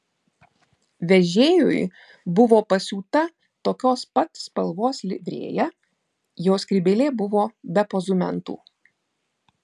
vežėjui buvo pasiūta tokios pat spalvos livrėja jo skrybėlė buvo be pozumentų